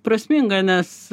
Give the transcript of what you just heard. prasminga nes